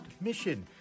mission